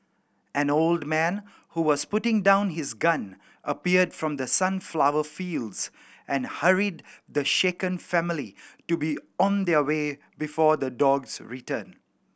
an old man who was putting down his gun appeared from the sunflower fields and hurried the shaken family to be on their way before the dogs return